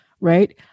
right